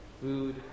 Food